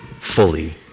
fully